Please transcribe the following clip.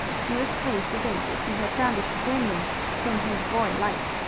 he was pleased to think that he had found a companion whom his boy liked.